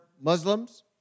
Muslims